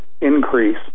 increase